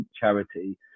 charity